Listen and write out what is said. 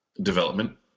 development